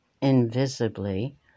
invisibly